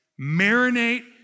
Marinate